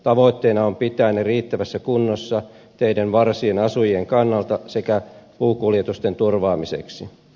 tavoitteena on pitää ne riittävässä kunnossa teiden varsien asujien kannalta sekä puukuljetusten turvaamiseksi